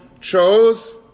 chose